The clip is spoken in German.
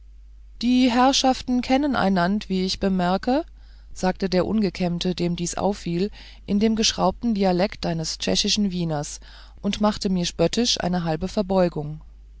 die herrschaften kennen einand wie ich bemerkö sagte der ungekämmte dem dies auffiel in dem geschraubten dialekt eines tschechischen wieners und machte mir spöttisch eine halbe verbeugung